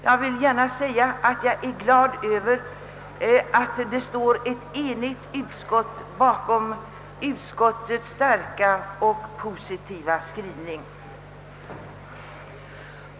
Jag är glad över att det står enighet bakom utskottets starka och positiva skrivning.